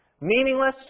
meaningless